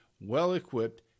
well-equipped